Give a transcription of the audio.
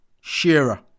Shearer